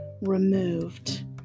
removed